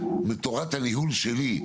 בתורת הניהול שלי,